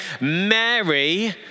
Mary